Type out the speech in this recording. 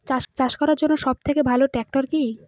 চাষ করার জন্য সবথেকে ভালো ট্র্যাক্টর কি?